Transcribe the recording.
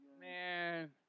Man